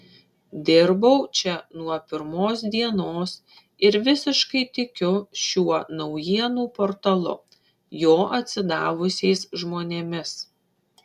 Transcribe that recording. dirbau čia nuo pirmos dienos ir visiškai tikiu šiuo naujienų portalu jo atsidavusiais žmonėmis